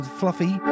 fluffy